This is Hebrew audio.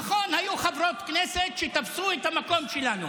נכון, היו חברות כנסת שתפסו את המקום שלנו.